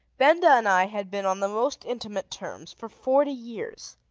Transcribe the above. benda and i had been on the most intimate terms for forty years.